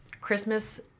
Christmas